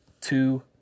two